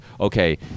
okay